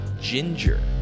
Ginger